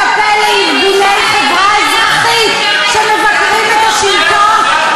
הפה לארגוני חברה אזרחית שמבקרים את השלטון,